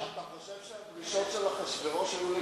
אתה חושב שהדרישות של אחשוורוש היו לגיטימיות.